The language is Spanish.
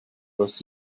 dos